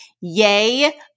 yay